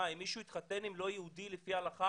אם מישהו התחתן עם מי שהוא לא יהודי לפי ההלכה,